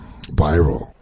viral